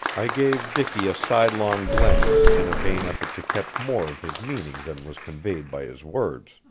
i gave dicky a sidelong glance in a vain effort to catch more of his meaning than was conveyed by his words.